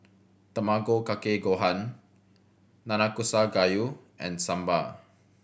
Tamago Kake Gohan Nanakusa Gayu and Sambar